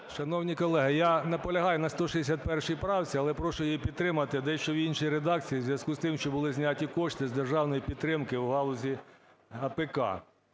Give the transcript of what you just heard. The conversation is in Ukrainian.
Шановні колеги, я наполягаю на 161 правці, але прошу її підтримати дещо в іншій редакції у зв'язку з тим, що були зняті кошти з державної підтримки у галузі АПК.